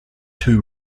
two